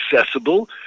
accessible